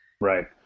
Right